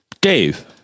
Dave